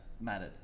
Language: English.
mattered